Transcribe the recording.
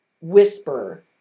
whisper